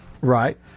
Right